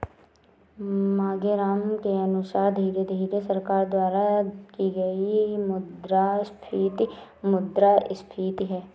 मांगेराम के अनुसार धीरे धीरे सरकार द्वारा की गई मुद्रास्फीति मुद्रा संस्फीति है